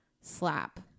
slap